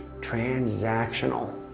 transactional